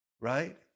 Right